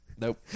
Nope